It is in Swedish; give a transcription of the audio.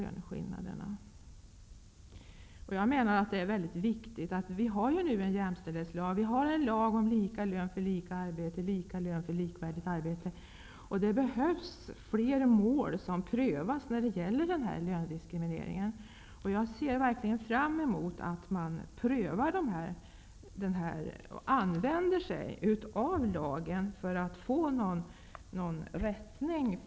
Det handlar då om en löneskillnad på 3-8 %. Vi har ju en jämställdhetslag, en lag om lika lön för likvärdigt arbete. Det behövs fler mål som prövas när det gäller den här lönediskrimineringen, det är viktigt. Jag ser fram emot att lagen kommer till användning i syfte att få rättning.